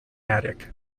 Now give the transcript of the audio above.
attic